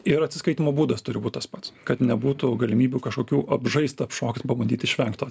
ir atsiskaitymo būdas turi būt tas pats kad nebūtų galimybių kažkokių apžaist apšokt pabandyt išvengt to